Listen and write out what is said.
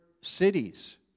cities